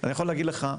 אני יכול להגיד לך,